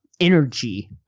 energy